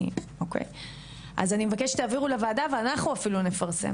אני מבקשת שתעבירו אלינו ואנחנו נפרסם